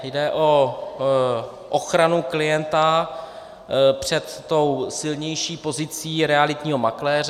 Jde o ochranu klienta před tou silnější pozicí realitního makléře.